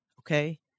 Okay